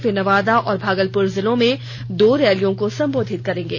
वे नवादा और भागलपुर जिलों में दो रैलियों को संबोधित करेंगे